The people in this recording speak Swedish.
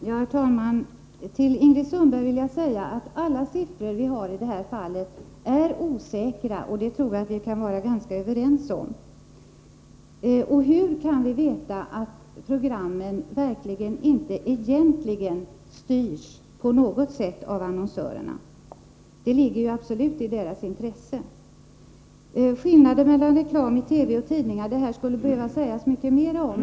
Herr talman! Till Ingrid Sundberg vill jag säga att alla siffror som vi har i det här fallet är osäkra — det tror jag vi kan vara ganska överens om. Och hur kan vi veta att programmen inte egentligen styrs på något sätt av annonsörerna? Det ligger ju absolut i deras intresse. Skillnaderna mellan reklam i TV och i tidningar skulle det behöva sägas mycket mer om.